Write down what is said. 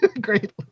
great